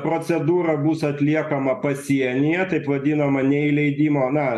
procedūra bus atliekama pasienyje taip vadinamą neįleidimo na